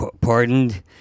pardoned